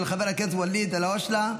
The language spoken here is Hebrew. של חבר הכנסת ואליד אלהואשלה.